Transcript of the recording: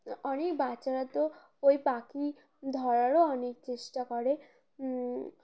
অনেক বাচ্চারা তো ওই পাখি ধরারও অনেক চেষ্টা করে